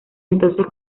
entonces